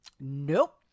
Nope